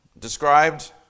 described